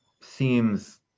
seems